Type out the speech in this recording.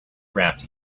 wrapped